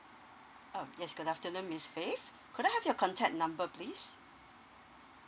oh yes good afternoon miss fave could I have your contact number please